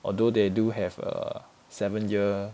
although they do have a seven year